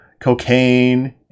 cocaine